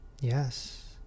Yes